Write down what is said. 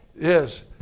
Yes